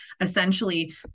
essentially